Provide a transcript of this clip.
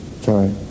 Sorry